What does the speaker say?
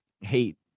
hate